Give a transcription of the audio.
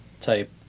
type